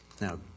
now